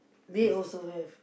they also have